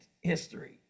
history